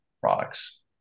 products